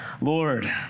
Lord